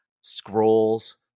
scrolls